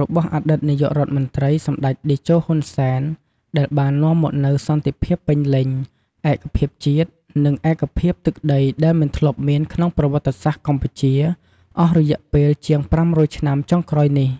របស់អតីតនាយករដ្ឋមន្ត្រី សម្ដេចតេជោ ហ៊ុន សែន ដែលបាននាំមកនូវសន្តិភាពពេញលេញ ឯកភាពជាតិ និងឯកភាពទឹកដីដែលមិនធ្លាប់មានក្នុងប្រវត្តិសាស្ត្រកម្ពុជា អស់រយៈពេលជាង ៥០០ ឆ្នាំចុងក្រោយនេះ។